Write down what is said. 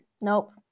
Nope